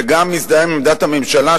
וגם מזדהה עם עמדת הממשלה,